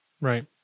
Right